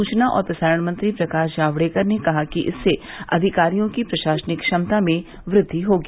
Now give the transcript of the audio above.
सूचना और प्रसारण मंत्री प्रकाश जाक्डेकर ने कहा कि इससे अधिकारियों की प्रशासनिक क्षमता में वृद्वि होगी